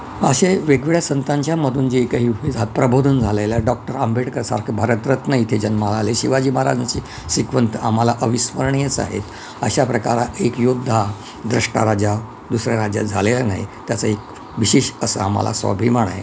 असे वेगवेगळ्या संतांच्यामधून जे काहीतरी प्रबोधन झालेलं आहे डॉक्टर आंबेडकरसारखं भारतरत्न इथे जन्माला आले शिवाजी महाराजांची शिकवण तर आम्हाला अविस्मरणीयच आहेत अशा प्रकार एक योद्धा द्रष्टा राजा दुसऱ्या राज्यात झालेला नाही त्याचं एक विशेष असं आम्हाला स्वाभिमान आहे